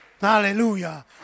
Hallelujah